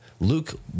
Luke